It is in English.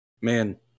Man